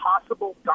possible